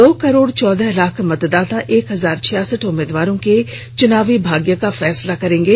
दो करोड़ चौदह लाख मतदाता एक हजार छियासठ उम्मीदवारों के चुनावी भाग्य का फैसला करेंगे